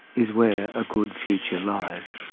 is where a good future lies.